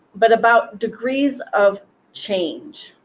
but about degrees of change.